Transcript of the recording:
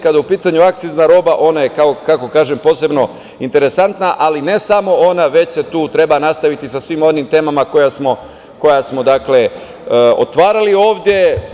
Kada je u pitanja akcizna roba, ona je posebno interesantna, ali ne samo ona, već se tu treba nastaviti sa svim onim temama koje smo otvarali ovde.